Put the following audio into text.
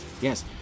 yes